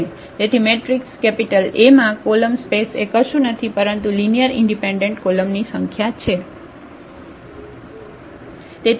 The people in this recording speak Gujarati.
તેથી મેટ્રિક્સ A માં કોલમ સ્પેસ એ કશું નથી પરંતુ લિનિયર ઇન્ડિપેન્ડન્ટ કોલમની સંખ્યા છે